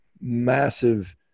massive